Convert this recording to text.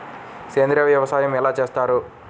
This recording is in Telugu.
సేంద్రీయ వ్యవసాయం ఎలా చేస్తారు?